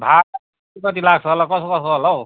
भाडा कति लाग्छ होला कसो कसो होला हौ